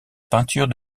peinture